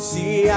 See